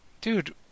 dude